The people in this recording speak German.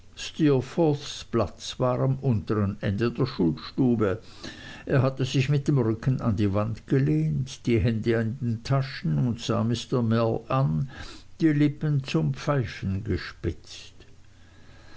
war am untern ende der schulstube er hatte sich mit dem rücken an die wand gelehnt die hände in den taschen und sah mr mell an die lippen zum pfeifen gespitzt